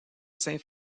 saint